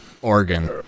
organ